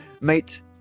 Mate